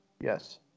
Yes